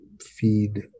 feed